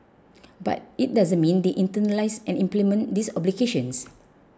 but it doesn't mean they internalise and implement these obligations